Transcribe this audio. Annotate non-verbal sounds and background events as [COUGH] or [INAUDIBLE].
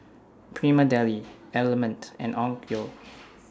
Prima Deli Element and Onkyo [NOISE]